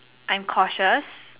I'm cautious